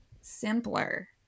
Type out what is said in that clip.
simpler